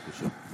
בבקשה.